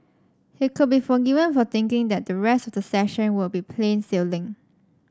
he could be forgiven for thinking that the rest of the session would be plain sailing